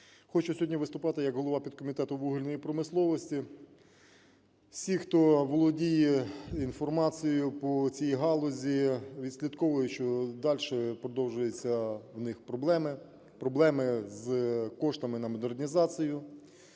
Хочу сьогодні виступати як голова підкомітету вугільної промисловості. Всі, хто володіє інформацією по цій галузі, відслідковує, що дальше продовжуються в них проблеми, проблеми з коштами на модернізацію.